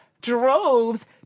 droves